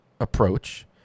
approach